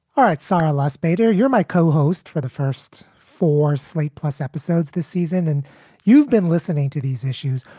all right, sara lustbader, you're my co-host for the first for slate plus episodes this season and you've been listening to these issues.